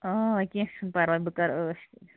اۭں کیٚنٛہہ چھُنہٕ پَرواے بہٕ کرٕ ٲش کٔرِتھ